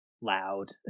loud